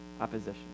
opposition